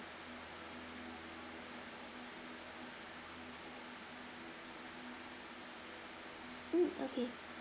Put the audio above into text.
mm okay